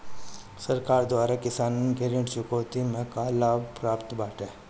सरकार द्वारा किसानन के ऋण चुकौती में का का लाभ प्राप्त बाटे?